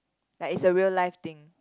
like is a real life things